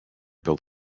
built